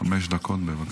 חמש דקות, בבקשה.